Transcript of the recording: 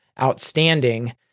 outstanding